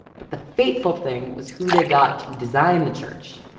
but the fateful thing was who they got to design the church.